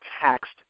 taxed